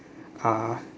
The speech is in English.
(uh huh)